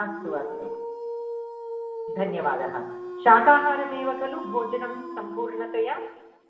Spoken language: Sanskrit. अस्तु अस्तु धन्यवादः शाकाहारमेव खलु भोजनं सम्पूर्णतया